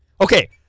Okay